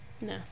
No